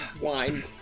wine